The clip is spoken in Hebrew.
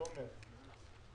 תומר,